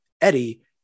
Eddie